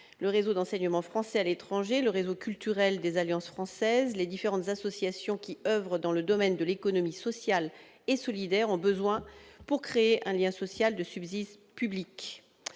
Le réseau d'enseignement français à l'étranger, le réseau culturel des Alliances françaises, les différentes associations qui oeuvrent dans le domaine de l'économie sociale et solidaire ont besoin de subsides publics